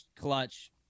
clutch